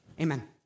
amen